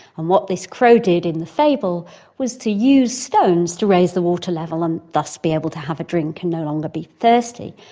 and what this crow did in the fable was to use stones to raise the water level and thus be able to have a drink and no longer be thirsty.